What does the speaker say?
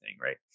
right